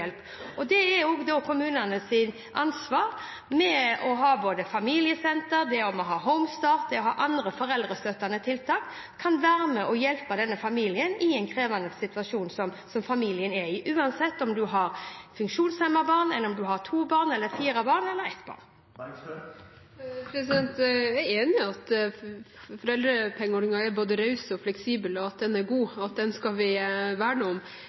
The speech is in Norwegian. Det er også kommunenes ansvar å ha både familiesenter, Home-Start og andre foreldrestøttende tiltak som kan verne og hjelpe familier i den krevende situasjonen som de er i – uansett om de har funksjonshemmede barn, om de har to barn, fire barn eller ett barn. Jeg er enig i at foreldrepengeordningen er både raus og fleksibel, at den er god, og at den skal vi verne om.